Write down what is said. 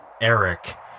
Eric